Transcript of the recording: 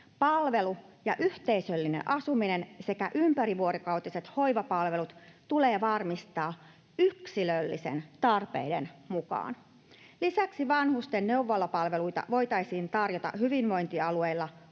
palvelu- ja yhteisöllinen asuminen sekä ympärivuorokautiset hoivapalvelut tulee varmistaa yksilöllisten tarpeiden mukaan. Lisäksi vanhusten neuvolapalveluita voitaisiin tarjota hyvinvointialueilla